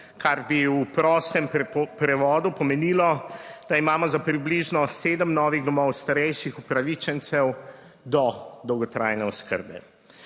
kar bi v prostem prevodu pomenilo, da imamo za približno sedem novih domov starejših upravičencev do dolgotrajne oskrbe.